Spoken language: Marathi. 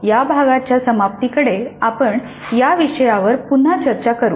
या भागच्या समाप्तीकडे आपण या विषयांवर पुन्हा चर्चा करू